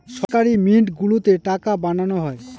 সরকারি মিন্ট গুলোতে টাকা বানানো হয়